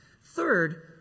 Third